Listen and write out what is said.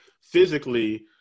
physically